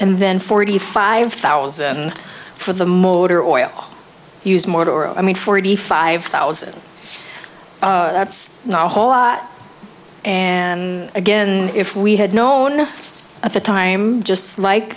and then forty five thousand for the motor oil use more or i mean forty five thousand that's not a whole lot and again if we had known at the time just like